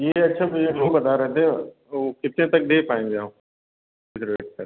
यह अच्छा बजट हो बता रहे थे वह कितने तक दे पाएँगे आप किस रेट तक